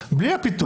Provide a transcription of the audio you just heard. בלי הפיתוח.